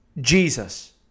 Jesus